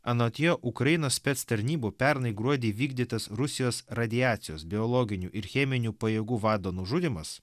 anot jo ukrainos spec tarnybų pernai gruodį įvykdytas rusijos radiacijos biologinių ir cheminių pajėgų vado nužudymas